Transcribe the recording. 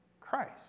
Christ